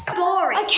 boring